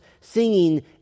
singing